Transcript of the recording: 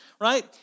right